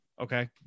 Okay